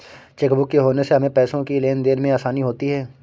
chequebook के होने से हमें पैसों की लेनदेन में आसानी होती हैँ